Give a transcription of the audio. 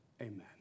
Amen